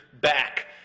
back